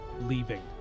leaving